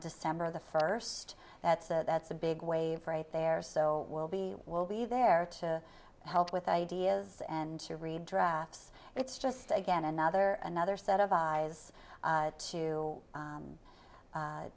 december the first that's a that's a big wave right there so we'll be we'll be there to help with ideas and to read drafts it's just again another another set of eyes to to